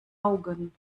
augen